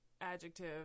adjective